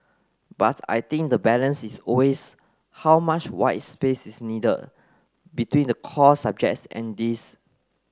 but I think the balance is always how much white space is needed between the core subjects and this